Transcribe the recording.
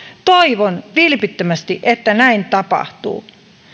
toivon vilpittömästi että näin tapahtuu